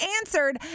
answered